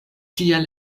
tiel